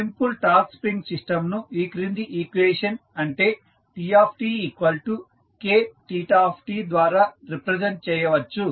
simple torque spring system ను ఈ క్రింది ఈక్వేషన్ అంటే TtKθt ద్వారా రిప్రజెంట్ చేయవచ్చు